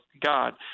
God